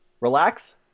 Relax